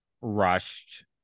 rushed